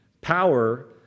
Power